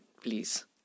please